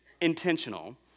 intentional